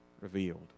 revealed